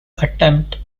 attempt